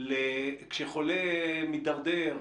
כשחולה מדרדר,